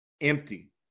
Empty